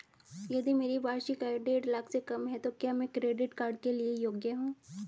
यदि मेरी वार्षिक आय देढ़ लाख से कम है तो क्या मैं क्रेडिट कार्ड के लिए योग्य हूँ?